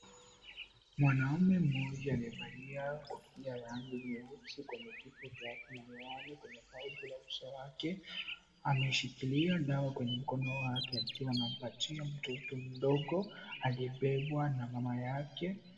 Mwanamume mmoja aliyevalia kofia ya rangi nyeusi kwenye kichwa chake na miwani kwenye paji la uso wake, ameshikilia dawa kwenye mkono wake akiwa anampatia mtoto mdogo aliyebebwa na mama yake.